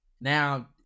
now